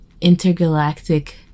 intergalactic